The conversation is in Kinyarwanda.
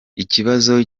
ikibazo